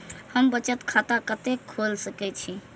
हम बचत खाता कते खोल सके छी?